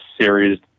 series